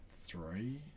Three